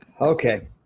Okay